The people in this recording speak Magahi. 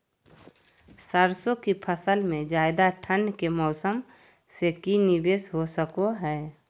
सरसों की फसल में ज्यादा ठंड के मौसम से की निवेस हो सको हय?